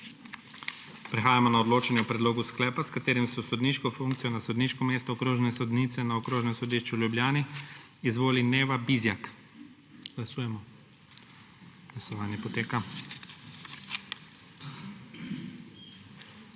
Prehajamo na odločanje o predlogu sklepa, s katerim se v sodniško funkcijo na sodniško mesto okrožne sodnice na Okrožnem sodišču v Ljubljani izvoli Neva Bizjak. Glasujemo. Navzočih